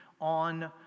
on